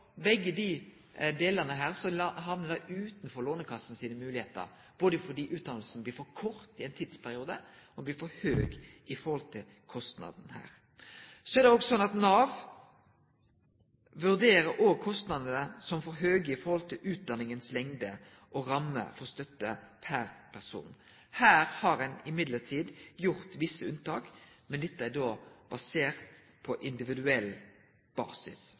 hamnar utanfor Lånekassa sine moglegheiter for støtte, både fordi utdanninga blir for kort i ein tidsperiode, og fordi kostnaden blir for høg. Nav vurderer òg kostnadene som for høge i forhold til lengda på utdanninga og ramma for støtte, per person. Her har ein likevel gjort visse unntak, men dette er da basert på individuell basis.